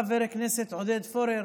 חבר הכנסת עודד פורר,